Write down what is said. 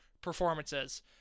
performances